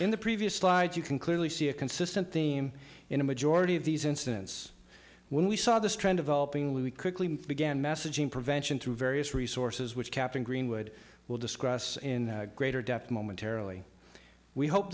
in the previous slide you can clearly see a consistent theme in a majority of these instance when we saw this trend of elop ing we could began messaging prevention through various resources which captain greenwood will discuss in greater depth momentarily we hope